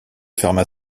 ferma